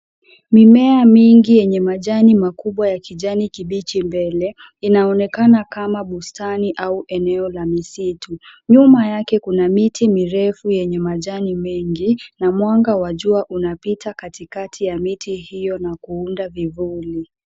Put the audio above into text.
Mimea mingi yenye majani makubwa ya kijani kibichi mbele. Inaonekana kama bustani au eneo la misitu . Nyuma yake kuna miti mirefu yenye majani mengi na mwanga wa jua unapita katikati ya miti hiyo na kuunda vivuli.